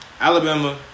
Alabama